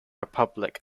republic